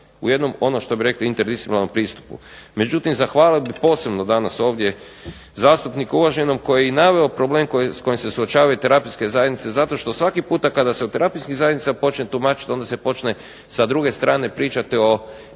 jednom ono što bi rekli interdisciplinarnom pristupu. Međutim, zahvalio bih posebno danas ovdje zastupniku uvaženom koji je naveo problem s kojim se suočavaju terapijske zajednice zato što svaki put kada se o terapijskim zajednicama počne tumačit onda se počne sa druge strane pričati o